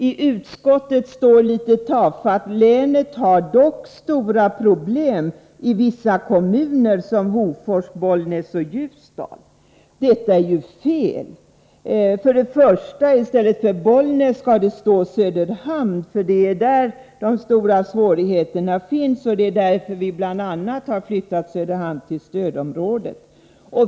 I utskottsbetänkandet står det litet tafatt: ”Länet har dock stora problem i vissa kommuner som Hofors, Bollnäs och Ljusdal.” Detta är fel! För det första skall det i stället för Bollnäs stå Söderhamn, för det är där de stora svårigheterna finns och det är bl.a. därför vi har flyttat Söderhamn till stödområdet.